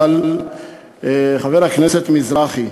חבר הכנסת מזרחי,